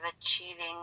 achieving